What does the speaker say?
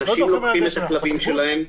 אנשים הולכים את הכלבים שלהם,